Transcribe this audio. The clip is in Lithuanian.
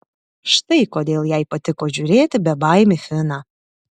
štai kodėl jai patiko žiūrėti bebaimį finą